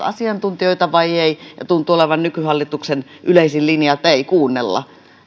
asiantuntijoita vai ei ja tuntuu olevan nykyhallituksen yleisin linja että ei kuunnella